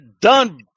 done